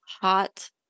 hot